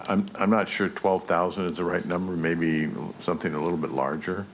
feet i'm not sure twelve thousand is the right number maybe something a little bit larger